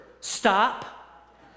Stop